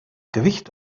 gewicht